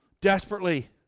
desperately